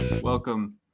welcome